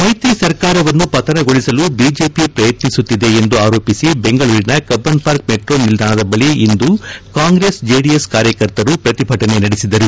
ಮೈತ್ರಿ ಸರ್ಕಾರವನ್ನು ಪತನಗೊಳಿಸಲು ಬಿಜೆಪಿ ಪ್ರಯತ್ನಿಸುತ್ತಿದೆ ಎಂದು ಆರೋಪಿಸಿ ಬೆಂಗಳೂರಿನ ಕಭ್ಗನ್ ಪಾರ್ಕ್ ಮೆಟ್ರೋ ನಿಲ್ದಾಣದ ಬಳಿ ಇಂದು ಕಾಂಗ್ರೆಸ್ ಜೆಡಿಎಸ್ ಕಾರ್ಯಕರ್ತರು ಪ್ರತಿಭಟನೆ ನಡೆಸಿದರು